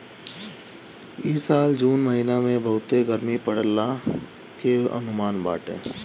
इ साल जून महिना में बहुते गरमी पड़ला के अनुमान बाटे